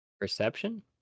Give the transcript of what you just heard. Perception